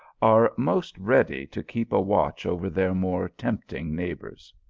are most ready to keep a watch over their more tempting neighbours.